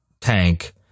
tank